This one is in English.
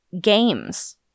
games